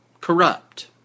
corrupt